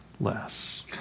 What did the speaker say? less